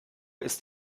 ist